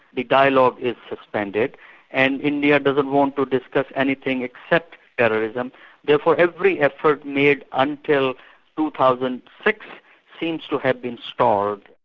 the dialogue is suspended and india doesn't want to discuss anything except terrorism, therefore every effort made until two thousand and six seems to have been stalled.